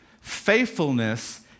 faithfulness